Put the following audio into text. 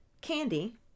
candy